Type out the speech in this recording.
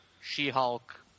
She-Hulk